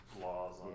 laws